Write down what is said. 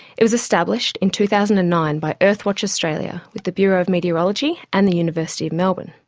it was established in two thousand and nine by earthwatch australia, with the bureau of meteorology and the university of melbourne.